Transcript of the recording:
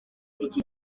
iki